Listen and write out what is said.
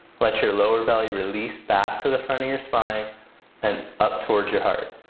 let your lower belly release back to the front of your spine and up towards your heart.